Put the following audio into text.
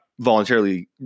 voluntarily